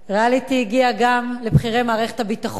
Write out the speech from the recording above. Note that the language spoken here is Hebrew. ריאליטי הגיע גם לבכירי מערכת הביטחון,